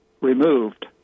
removed